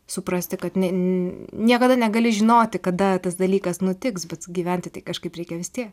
suprasti kad niekada negali žinoti kada tas dalykas nutiks bet gyventi tai kažkaip reikia vis tiek